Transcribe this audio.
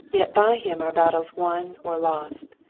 yet by him are battles won or lost.